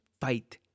fight